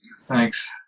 Thanks